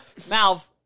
Malv